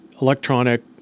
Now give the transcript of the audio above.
electronic